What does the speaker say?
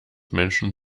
menschen